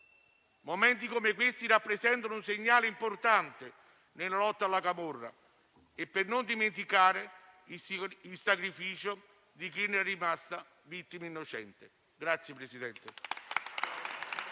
Momenti come questi rappresentano un segnale importante nella lotta alla camorra e per non dimenticare il sacrificio di chi ne è rimasta vittima innocente.